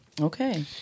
okay